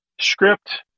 Script